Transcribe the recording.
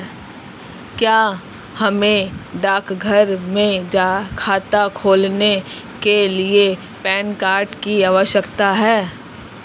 क्या हमें डाकघर में खाता खोलने के लिए पैन कार्ड की आवश्यकता है?